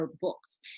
books